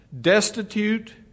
destitute